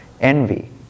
envy